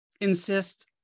insist